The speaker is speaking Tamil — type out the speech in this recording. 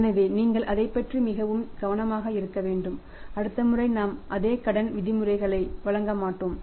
எனவே நீங்கள் அதைப் பற்றி மிகவும் கவனமாக இருக்க வேண்டும் அடுத்த முறை நாம் அதே கடன் விதிமுறைகளை வழங்க மாட்டோம்